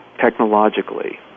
technologically